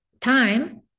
time